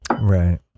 Right